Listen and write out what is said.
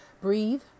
Breathe